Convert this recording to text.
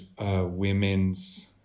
women's